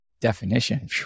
Definition